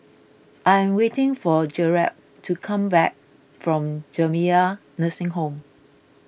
I am waiting for Garett to come back from Jamiyah Nursing Home